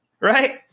Right